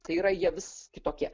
tai yra jie vis kitokie